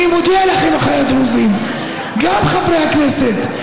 אני מודיע לכם, אחיי הדרוזים, גם חברי הכנסת,